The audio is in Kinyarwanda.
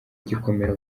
gikomero